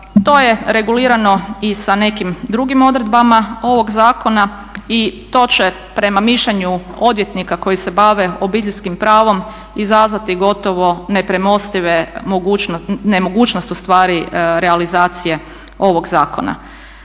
To je regulirano i sa nekim drugim odredbama ovog zakona i to će prema mišljenju odvjetnika koji se bave obiteljskim pravom izazvati gotovo nepremostive … nemogućnost ustvari realizacije ovog zakona.